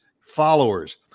followers